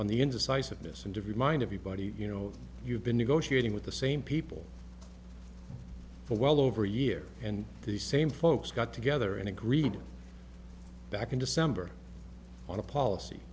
on the indecisive this interview remind everybody you know you've been negotiating with the same people for well over a year and the same folks got together and agreed to back in december on a policy